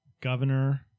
governor